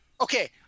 okay